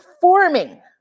forming